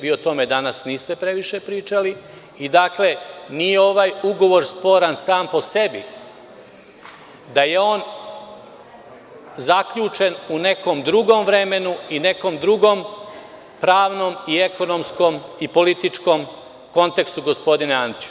Vi o tome niste previše pričali i nije ovaj ugovor sporan sam po sebi, da je on zaključen u nekom drugom vremenu i nekom drugom pravnom i ekonomskom i političkom kontekstu gospodine Antiću.